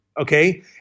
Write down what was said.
okay